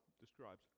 describes